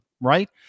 right